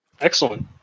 Excellent